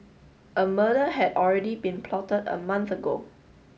a murder had already been plotted a month ago